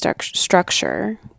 structure